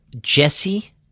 Jesse